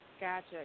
Gotcha